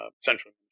central